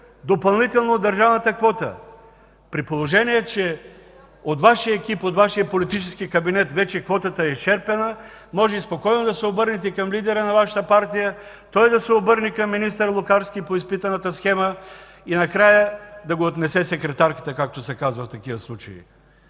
допълнително от държавната квота, при положение че от Вашия екип, от Вашия политически кабинет вече квотата е изчерпана. Можете спокойно да се обърнете към лидера на Вашата партия, той да се обърне към министър Лукарски по изпитаната схема и накрая да го отнесе секретарката, както се казва в такива случаи.